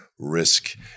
Risk